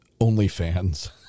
OnlyFans